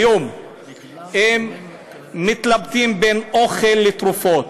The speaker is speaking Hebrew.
היום הם מתלבטים בין אוכל לתרופות.